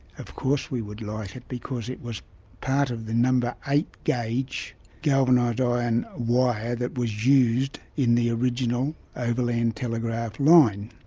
of course we would like it because it was part of the no. eight gauge galvanised iron wire that was used in the original overland telegraph line.